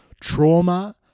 trauma